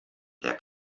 der